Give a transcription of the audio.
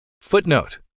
Footnote